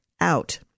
out